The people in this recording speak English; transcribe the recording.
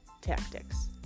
tactics